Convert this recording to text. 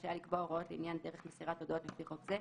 רשאי לקבוע הוראות לעניין דרך מסירת הודעות לפי חוק זה,